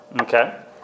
Okay